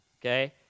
okay